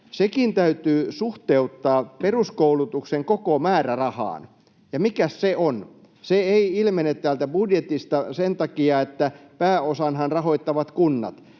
Sekin täytyy suhteuttaa peruskoulutuksen koko määrärahaan, ja mikä se on? Se ei ilmene täältä budjetista sen takia, että pääosanhan rahoittavat kunnat,